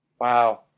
Wow